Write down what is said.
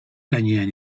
gainean